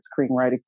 screenwriting